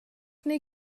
neu